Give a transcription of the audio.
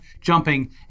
jumping